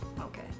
okay